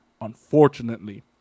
Unfortunately